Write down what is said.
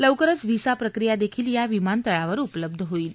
लवकरच व्हिसा प्रक्रिया देखील या विमानिळावर उपलब्ध होईल